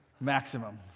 maximum